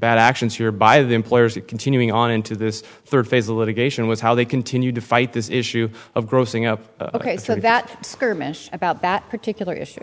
bad actions here by the employers and continuing on into this third phase the litigation was how they continued to fight this issue of grossing up ok so that skirmish about that particular issue